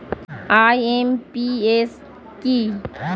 IMPS কি?